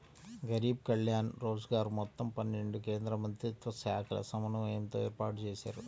గరీబ్ కళ్యాణ్ రోజ్గర్ మొత్తం పన్నెండు కేంద్రమంత్రిత్వశాఖల సమన్వయంతో ఏర్పాటుజేశారు